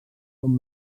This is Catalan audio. són